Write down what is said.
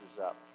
up